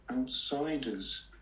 outsiders